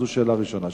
זו שאלה ראשונה.